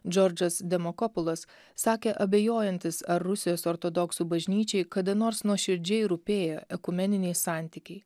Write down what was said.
džordžas demokopulas sakė abejojantis ar rusijos ortodoksų bažnyčiai kada nors nuoširdžiai rūpėjo ekumeniniai santykiai